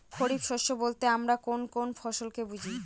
খরিফ শস্য বলতে আমরা কোন কোন ফসল কে বুঝি?